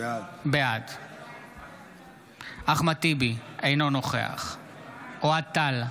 בעד אחמד טיבי, אינו נוכח אוהד טל,